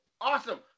awesome